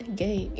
gay